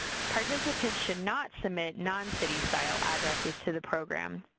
participants should not submit non-city style addresses to the program.